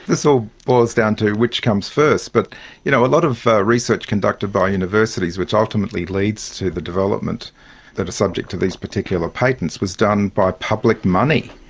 this all boils down to which comes first, but you know a lot of research conducted by universities which ultimately leads to the development that are subject to these particular patents was done by public money.